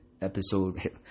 episode